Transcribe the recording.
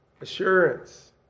assurance